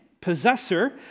possessor